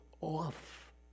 off